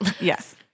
Yes